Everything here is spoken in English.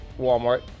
Walmart